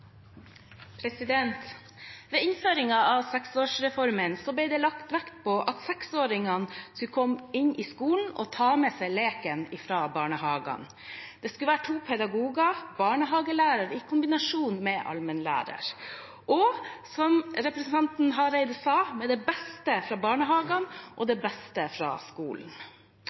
Ved innføringen av seksårsreformen ble det lagt vekt på at seksåringene skulle komme inn i skolen og ta med seg leken fra barnehagen. Det skulle være to pedagoger, barnehagelæreren i kombinasjon med allmennlæreren, og, som representanten Hareide sa, med det beste fra barnehagen og det beste fra skolen.